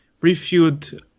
reviewed